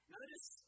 notice